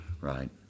right